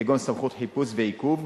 כגון סמכות חיפוש ועיכוב.